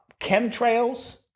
chemtrails